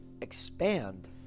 expand